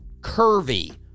curvy